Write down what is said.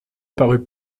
parut